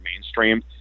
mainstream